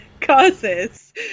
causes